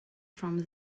from